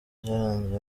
byarangiye